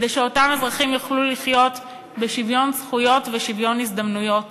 כדי שאותם אזרחים יוכלו לחיות בשוויון זכויות ושוויון הזדמנויות,